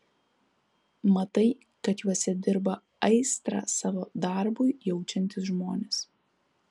matai kad juose dirba aistrą savo darbui jaučiantys žmonės